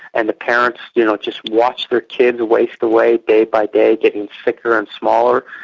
and the parents you know just watched their kids waste away day by day, getting sicker and smaller,